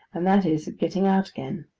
and that is, getting out again.